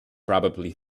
probably